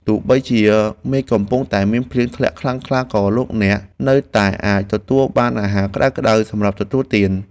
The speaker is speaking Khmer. ទោះបីជាមេឃកំពុងតែមានភ្លៀងធ្លាក់ខ្លាំងក៏លោកអ្នកនៅតែអាចទទួលបានអាហារក្តៅៗសម្រាប់ទទួលទាន។